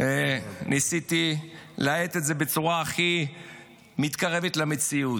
ניסיתי לאיית את זה בצורה שהכי מתקרבת למציאות.